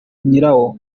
nyirawo